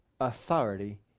authority